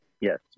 Yes